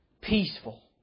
Peaceful